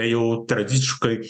jau tradiciškai